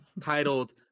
titled